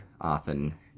often